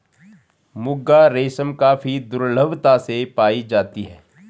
मुगा रेशम काफी दुर्लभता से पाई जाती है